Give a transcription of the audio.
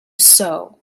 sow